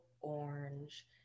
orange